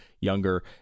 younger